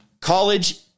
College